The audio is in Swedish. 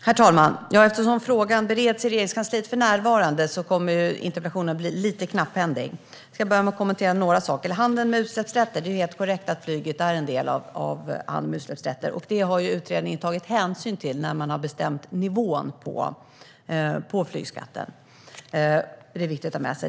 Herr talman! Eftersom frågan bereds i Regeringskansliet för närvarande kommer interpellationsdebatten att bli lite knapphändig. Jag ska börja med att kommentera några saker. När det gäller handeln med utsläppsrätter är det helt korrekt att flyget är en del av handeln med utsläppsrätter, och det har utredningen tagit hänsyn till när den har bestämt nivån på flygskatten. Det är viktigt att ha med sig.